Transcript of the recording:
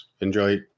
Enjoy